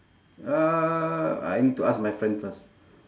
uh I need to ask my friend first